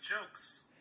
jokes